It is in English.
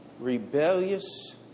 rebellious